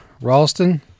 Ralston